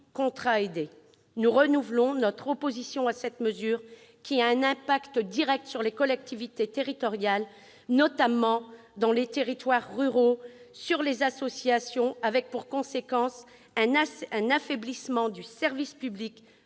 Nous renouvelons notre opposition à cette mesure qui a un impact direct sur les collectivités territoriales, notamment dans les territoires ruraux, et sur les associations, avec pour conséquence un affaiblissement du service public